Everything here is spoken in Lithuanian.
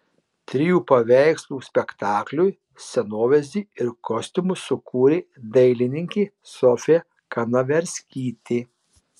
trijų paveikslų spektakliui scenovaizdį ir kostiumus sukūrė dailininkė sofija kanaverskytė